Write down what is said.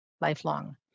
lifelong